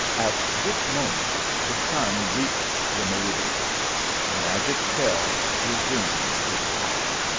at this moment the sun reached the meridian the magic spell resumed its power.